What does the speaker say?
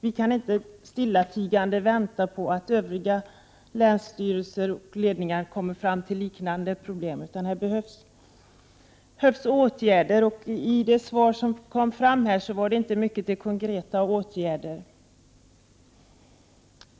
Vi kan inte stillatigande vänta på att övriga länsstyrelser och andra ledningar kommer fram till liknande resultat, utan här behövs åtgärder.